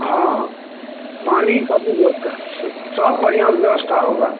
हाँ पानी की भी व्यवस्था सब बढ़िया से व्यवस्था होगा